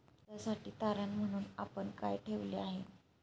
कर्जासाठी तारण म्हणून आपण काय ठेवले आहे?